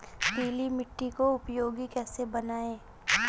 पीली मिट्टी को उपयोगी कैसे बनाएँ?